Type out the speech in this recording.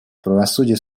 правосудие